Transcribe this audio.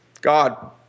God